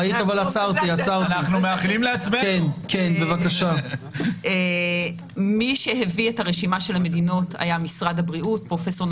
אבל עדיין גם בזה אפשר לפעול בצורה מידתית ולא לכלול את כל אפריקה,